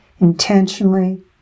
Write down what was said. intentionally